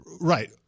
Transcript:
Right